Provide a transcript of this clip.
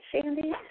Sandy